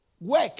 work